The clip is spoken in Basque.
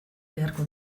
beharko